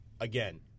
again